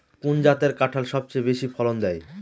কোন জাতের কাঁঠাল সবচেয়ে বেশি ফলন দেয়?